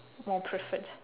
more preferred